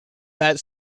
that